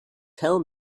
tell